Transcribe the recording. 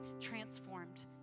transformed